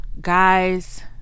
guys